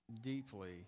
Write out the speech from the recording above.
deeply